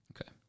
okay